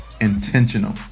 intentional